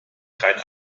kein